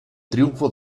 triunfo